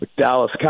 Dallas